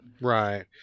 Right